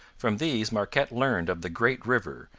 from these marquette learned of the great river,